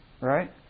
Right